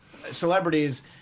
celebrities